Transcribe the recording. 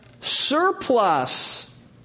surplus